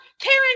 Karen